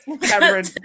Cameron